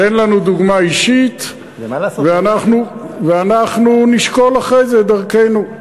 תן לנו דוגמה אישית ואנחנו נשקול אחרי זה את דרכנו.